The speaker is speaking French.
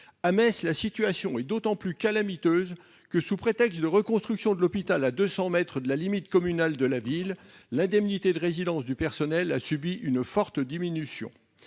À Metz, la situation est d'autant plus calamiteuse que, sous prétexte de la reconstruction de l'hôpital à deux cents mètres de la limite communale de la ville, l'indemnité de résidence du personnel a subi une forte diminution.